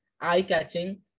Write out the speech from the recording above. eye-catching